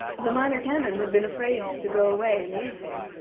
the minor canon had been afraid to go away and leave him,